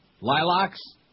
Lilacs